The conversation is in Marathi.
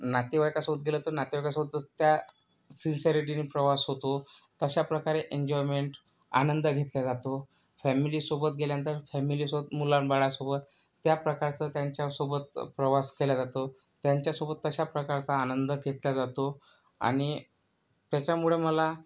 नातेवाईकांसोबत गेलं तर नातेवाईकांसोबत जसं त्या सिन्सिअरिटीने प्रवास होतो तशा प्रकारे एन्जॉयमेंट आनंद घेतला जातो फॅमिलीसोबत गेल्यानंतर फॅमिलीसोबत मुलांबाळांसोबत त्या प्रकारचं त्यांच्यासोबत प्रवास केला जातो त्यांच्यासोबत तशा प्रकारचा आनंद घेतला जातो आणि त्याच्यामुळं मला